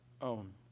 own